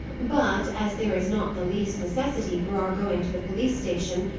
but, as there is not the least necessity for our going to the police-station,